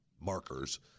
markers